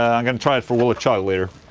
i'm going to try it for will it chug later?